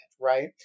right